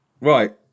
right